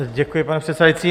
Děkuji, pane předsedající.